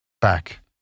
back